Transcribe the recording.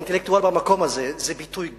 "אינטלקטואל" במקום הזה זה ביטוי גס,